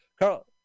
Carl